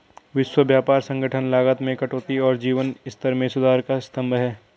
विश्व व्यापार संगठन लागत में कटौती और जीवन स्तर में सुधार का स्तंभ है